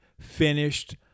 finished